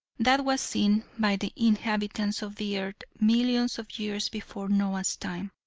that was seen by the inhabitants of the earth millions of years before noah's time.